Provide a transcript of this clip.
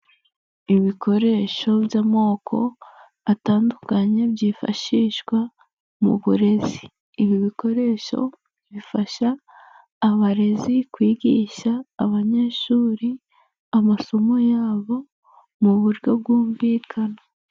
Ibikoresho by'amoko atandukanye byifashishwa mu burezi. Ibi bikoresho bifasha abarezi kwigisha abanyeshuri amasomo yabo mu buryo bwumvikana.